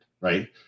right